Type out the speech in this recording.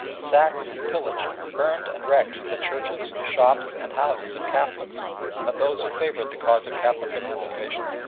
sacked and pillaged, burned and wrecked the churches, shops, and houses of catholics and of those who favoured the cause of catholic emancipation?